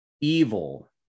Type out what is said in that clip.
evil